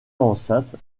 enceinte